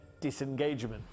disengagement